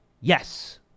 yes